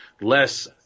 less